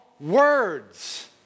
words